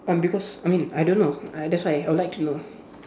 um because I mean I don't know uh that's why I would like to know